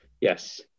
Yes